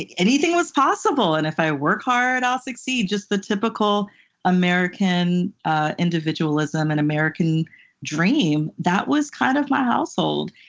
like anything was possible, and if i work hard, i'll succeed. just the typical american individualism and american dream. that was kind of my household.